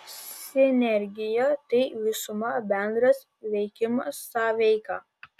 sinergija tai visuma bendras veikimas sąveika